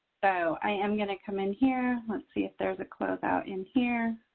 so i am going to come in here. let's see if there's a closeout in here,